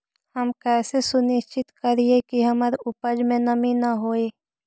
हम कैसे सुनिश्चित करिअई कि हमर उपज में नमी न होय?